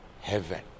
heaven